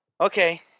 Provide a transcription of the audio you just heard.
Okay